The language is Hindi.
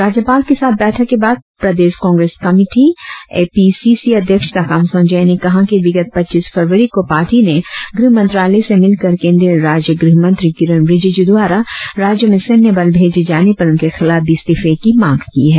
राज्यपाल के साथ बैठक के बाद प्रदेश कांग्रेस कमेटी एपीसीसी अध्यक्ष ताकाम संजोय ने कहा कि विगत पच्चीस फरवरी को पार्टी ने गृह मंत्रालय से मिलकर केंद्रीय राज्य गृह मंत्री किरेन रिजिज् द्वारा राज्य में सैन्य बल भेजे जाने पर उनके खिलाफ भी इस्तीफे की मांग की है